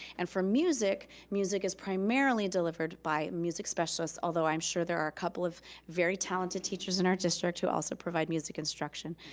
and for music, music is primarily delivered by music specialist, although i am sure there are a couple of very talented teachers in our district who also provide music instruction.